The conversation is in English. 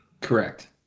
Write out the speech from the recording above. Correct